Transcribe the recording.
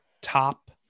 top